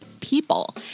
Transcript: people